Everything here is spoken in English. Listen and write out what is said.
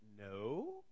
no